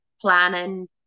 planning